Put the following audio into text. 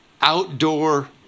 outdoor